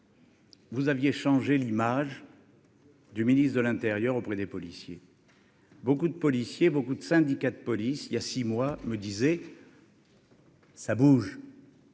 Vous aviez changé l'image. Du ministre de l'Intérieur auprès des policiers. Beaucoup de policiers, beaucoup de syndicats de police, il y a six mois me disait. ça bouge.